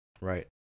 right